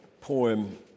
poem